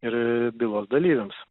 ir bylos dalyviams